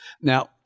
Now